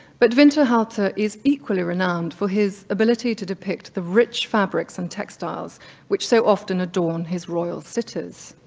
but winterhalter is equally renowned for his ability to depict the rich fabrics and textiles which so often adorn his royal sitters.